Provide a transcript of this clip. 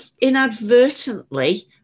inadvertently